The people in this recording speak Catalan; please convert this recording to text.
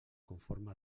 conforme